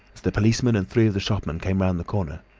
as the policeman and three of the shopmen came round the corner.